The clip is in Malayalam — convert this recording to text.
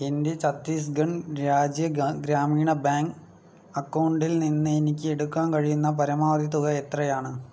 എൻ്റെ ഛത്തീസ്ഗണ്ഡ് രാജ്യ ഗ്രാമീണ ബാങ്ക് അക്കൗണ്ടിൽ നിന്ന് എനിക്ക് എടുക്കുവാൻ കഴിയുന്ന പരമാവധി തുക എത്രയാണ്